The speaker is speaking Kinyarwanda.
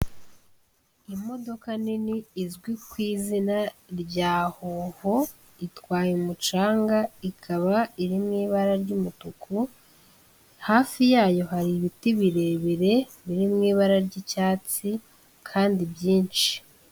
Imodoka nini izwi ku izina rya Hoho, itwaye umucanga, ikaba iri mu ibara ry'umutuku, hafi yayo hari ibiti birebire biri mu ibara ry'icyatsi kandi byinshi.